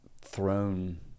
thrown